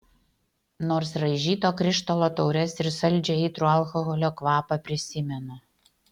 nors raižyto krištolo taures ir saldžiai aitrų alkoholio kvapą prisimenu